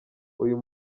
uyu